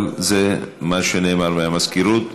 אבל זה מה שנאמר מהמזכירות.